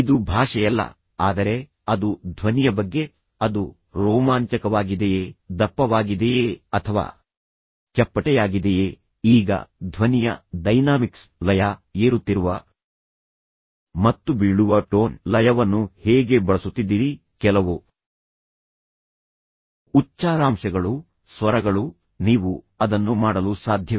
ಇದು ಭಾಷೆಯಲ್ಲ ಆದರೆ ಅದು ಧ್ವನಿಯ ಬಗ್ಗೆ ಅದು ರೋಮಾಂಚಕವಾಗಿದೆಯೇ ದಪ್ಪವಾಗಿದೆಯೇ ಅಥವಾ ಚಪ್ಪಟೆಯಾಗಿದೆಯೇ ಈಗ ಧ್ವನಿಯ ಡೈನಾಮಿಕ್ಸ್ ಲಯ ಏರುತ್ತಿರುವ ಮತ್ತು ಬೀಳುವ ಟೋನ್ ಲಯವನ್ನು ಹೇಗೆ ಬಳಸುತ್ತಿದ್ದೀರಿ ಕೆಲವು ಉಚ್ಚಾರಾಂಶಗಳು ಸ್ವರಗಳು ನೀವು ಅದನ್ನು ಮಾಡಲು ಸಾಧ್ಯವೇ